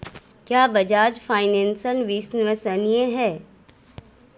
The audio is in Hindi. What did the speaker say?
क्या बजाज फाइनेंस विश्वसनीय है?